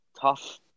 tough